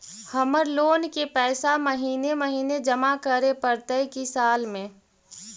हमर लोन के पैसा महिने महिने जमा करे पड़तै कि साल में?